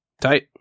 Tight